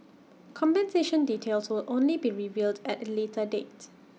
compensation details will only be revealed at later date